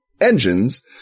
engines